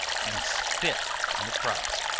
and spit in the cross.